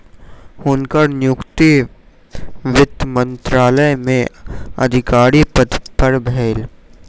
हुनकर नियुक्ति वित्त मंत्रालय में अधिकारी पद पर भेल